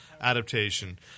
adaptation